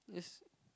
yes